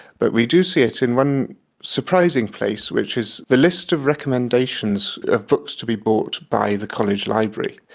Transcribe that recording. but we do see it in one surprising place which is the list of recommendations of books to be bought by the college library.